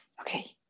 Okay